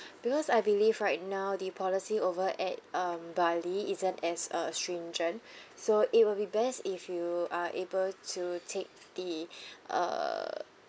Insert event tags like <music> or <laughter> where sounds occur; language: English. because I believe right now the policy over at um bali isn't as uh stringent <breath> so it will be best if you are able to take the uh